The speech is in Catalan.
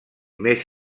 més